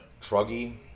Truggy